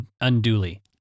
unduly